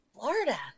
Florida